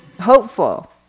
hopeful